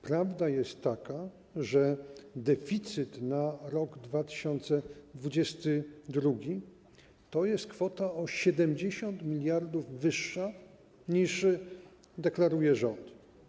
Prawda jest taka, że deficyt na rok 2022 to jest kwota o 70 mld wyższa, niż deklaruje rząd.